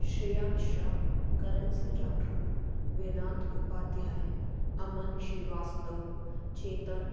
Shreya Mishra Karan Singh Rathore Vedant Upadhyay Aman Srivastava Chetan